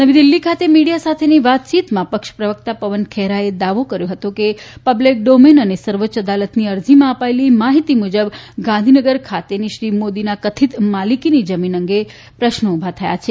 નવી દીલ્હી ખાતે મીડીયા સાથેની વાતચીતમાં પક્ષ પ્રવકતા પવન ખેરાએ દાવો કર્યો કે પબ્લિક ડોમીન અને સર્વોચ્ચ અદાલતની અરજીમાં અપાયેલી માહીતી મુજબ ગાંધીનગર ખાતેની શ્રી મોદીના કથિત માલીકીની જમીન અંગે પ્રશ્નો થયા છે